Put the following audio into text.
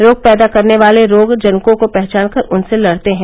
रोग पैदा करने वाले रोग जनकों को पहचानकर उनसे लड़ते हैं